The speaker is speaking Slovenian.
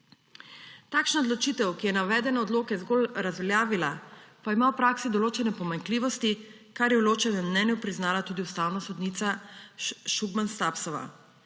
Takšna odločitev, ki je navedene odloke zgolj razveljavila, pa ima v praksi določene pomanjkljivosti, kar je v ločenem mnenju priznala tudi ustavna sodnica Šugman Stubbs.